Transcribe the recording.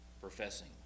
professing